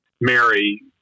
Mary